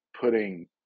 putting